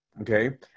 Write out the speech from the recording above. okay